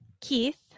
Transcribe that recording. Keith